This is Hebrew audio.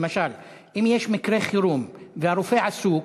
למשל, אם יש מקרה חירום והרופא עסוק,